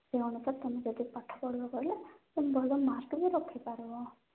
ସେ ଅନୁସାରେ ତୁମେ ଯଦି ପାଠପଢ଼ିବ ବୋଲେ ଭଲ ମାର୍କ ବି ରଖିପାରିବ